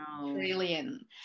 trillion